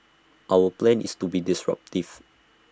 our plan is to be disruptive